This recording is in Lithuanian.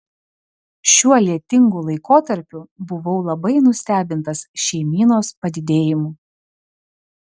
šiuo lietingu laikotarpiu buvau labai nustebintas šeimynos padidėjimu